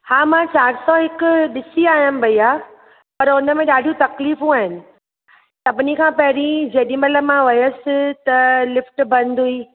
हा मां चार सौ हिकु ॾिसी आयमि भैया पर हुन में ॾाढी तकलीफ़ूं आहिनि सभिनी खां पहिरीं जॾहिं महिल मां वयसि त लिफ़्टु बंदि हुई